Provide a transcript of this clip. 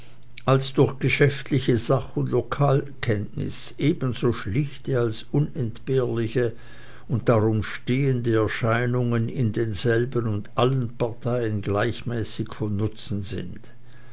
als durch geschäftliche sach und lokalkenntnis ebenso schlichte als unentbehrliche und darum stehende erscheinungen in denselben und allen parteien gleichmäßig von nutzen sind